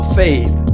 faith